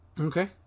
Okay